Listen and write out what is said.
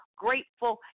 grateful